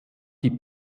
die